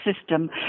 system